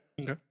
Okay